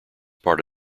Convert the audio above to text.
part